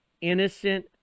innocent